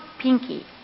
pinky